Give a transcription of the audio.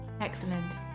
Excellent